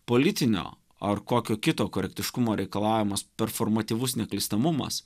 politinio ar kokio kito korektiškumo reikalavimas per formatyvus neklystamumas